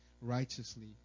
righteously